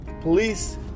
Police